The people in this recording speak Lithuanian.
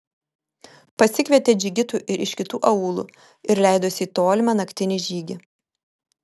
pasikvietė džigitų ir iš kitų aūlų ir leidosi į tolimą naktinį žygį